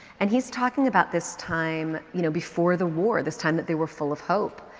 and he's talking about this time, you know, before the war, this time that they were full of hope.